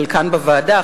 חלקן בוועדה,